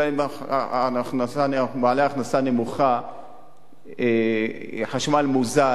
לבעלי הכנסה נמוכה יעשו חשמל מוזל.